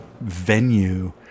venue